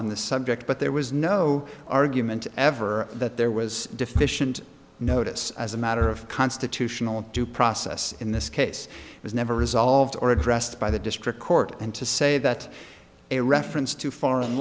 on the subject but there was no argument ever that there was deficient notice as a matter of constitutional due process in this case it was never resolved or addressed by the district court and to say that a reference to foreign